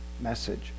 message